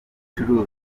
ucuruza